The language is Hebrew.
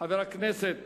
חבר הכנסת